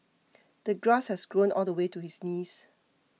the grass had grown all the way to his knees